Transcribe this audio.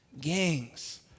gangs